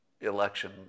election